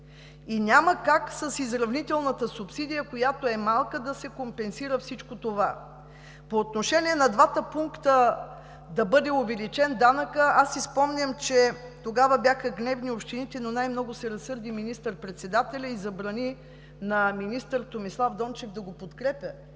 и няма как с изравнителната субсидия, която е малка, да се компенсира всичко това. По отношение на това данъкът да бъде увеличен с два пункта, аз си спомням, че тогава бяха гневни общините, но най-много се разсърди министър-председателят и забрани на министър Томислав Дончев да го подкрепя.